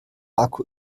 akku